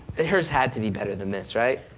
hers had to be better than this right?